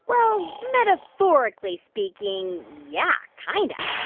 well, metaphorically speaking, yeah, kind of